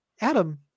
Adam